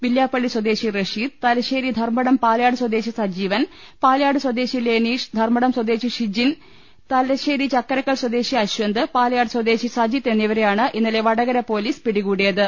വില്യാപ്പള്ളി സ്വദേശി റഷീദ് തലശ്ശേരി ധർമ്മടം പാലയാട് സ്വദേശി സജീവൻ പാലയാട് സ്വദേശി ലെനീഷ് ധർമടം സ്വദേശി ഷിജിൻ തലശ്ശേരി ചക്കരക്കൽ സ്വദേശി അശ്വന്ത് പാലയാട് സ്വദേശി സജിത്ത് എന്നിവരെയാണ് ഇന്നലെ വടകര പൊലീസ് പിടികൂടിയത്